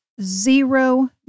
zero